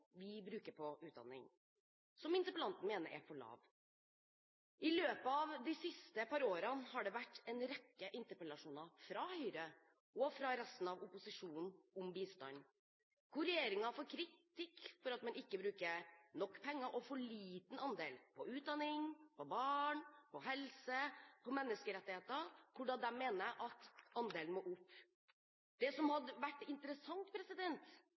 vi bruker på utdanning, som interpellanten mener er for lav. I løpet av de siste par årene har det vært en rekke interpellasjoner fra Høyre og fra resten av opposisjonen om bistand, hvor regjeringen får kritikk for at man ikke bruker nok penger, og for at andelen som brukes på utdanning, på barn, på helse og på menneskerettigheter, er for liten – de mener at den andelen må opp. Det som hadde vært interessant